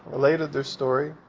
related their story,